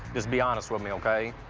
just be honest with me, ok?